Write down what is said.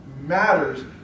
matters